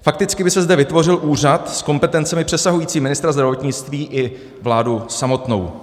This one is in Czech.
Fakticky by se zde vytvořil úřad s kompetencemi přesahujícími ministra zdravotnictví i vládu samotnou.